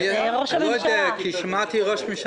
כך שבהתחלה